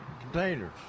containers